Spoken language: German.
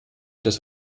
das